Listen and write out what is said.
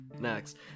next